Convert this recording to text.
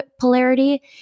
polarity